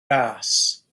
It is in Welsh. ras